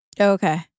Okay